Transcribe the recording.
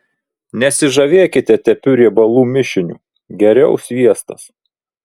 nesižavėkite tepiu riebalų mišiniu geriau sviestas